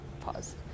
pause